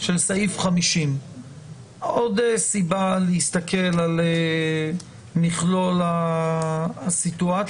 של סעיף 50. זאת עוד סיבה להסתכל על מכלול הסיטואציות,